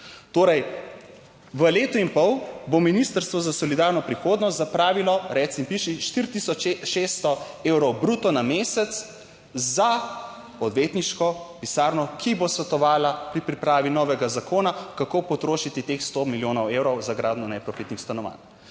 Torej v letu in pol bo Ministrstvo za solidarno prihodnost zapravilo, recimo piše 4600 evrov bruto na mesec za odvetniško pisarno, ki bo svetovala pri pripravi novega zakona kako potrošiti teh sto milijonov evrov za gradnjo neprofitnih stanovanj.